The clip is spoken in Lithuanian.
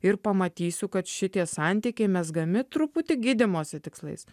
ir pamatysiu kad šitie santykiai mezgami truputį gydymosi tikslais